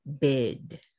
Bid